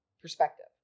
perspective